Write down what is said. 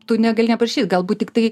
tu negali neaprašyt galbūt tiktai